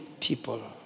people